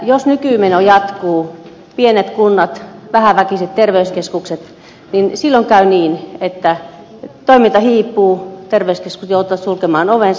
jos nykymeno jatkuu pienet kunnat vähäväkiset terveyskeskukset silloin käy niin että toiminta hiipuu terveyskeskukset joutuvat sulkemaan ovensa